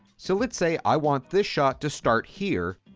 so let's say i want this shot to start here